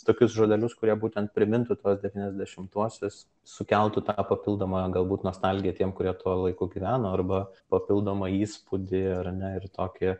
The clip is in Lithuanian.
tokius žodelius kurie būtent primintų tuos devyniasdešimtuosius sukeltų tą papildomą galbūt nostalgiją tiem kurie tuo laiku gyveno arba papildomą įspūdį ar ne ir tokį